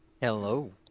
Hello